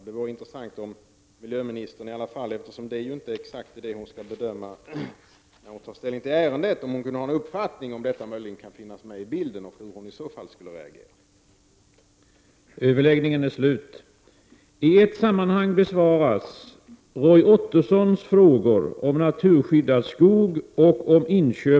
Det vore intressant om miljöministern — eftersom det inte precis är detta som hon skall ta ställning till när hon bedömer ärendet — har en uppfattning om huruvida detta möjligen finns med i bilden och vill redovisa hur hon i så fall reagerar inför det.